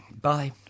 Bye